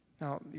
Now